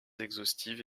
exhaustive